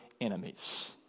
enemies